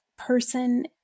person